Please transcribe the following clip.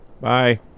Bye